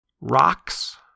Rocks